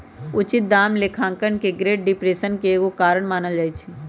उचित दाम लेखांकन के ग्रेट डिप्रेशन के एगो कारण मानल जाइ छइ